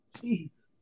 Jesus